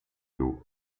d’eau